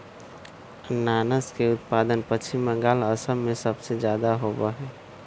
अनानस के उत्पादन पश्चिम बंगाल, असम में सबसे ज्यादा होबा हई